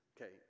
Okay